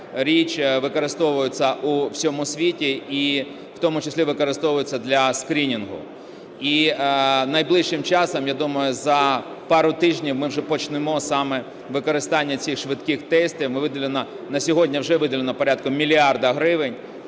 річ використовується в усьому світі і в тому числі використовується для скринінгу. І найближчим часом, я думаю, за пару тижнів ми вже почнемо саме використання цих швидких тестів. На сьогодні вже виділено порядку мільярда гривень